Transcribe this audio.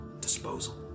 disposal